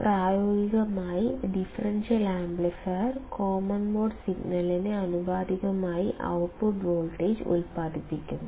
പ്രായോഗികമായി differential amplifier common mode സിഗ്നലിന് ആനുപാതികമായി ഔട്ട്പുട്ട് വോൾട്ടേജ് ഉൽപാദിപ്പിക്കുന്നു